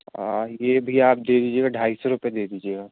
ये भईया आप दे दीजियेगा ढाई सौ रुपए दे दीजिएगा